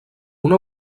una